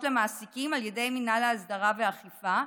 למעסיקים על ידי מינהל האסדרה והאכיפה,